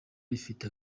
rifite